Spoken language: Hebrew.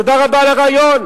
תודה רבה על הרעיון.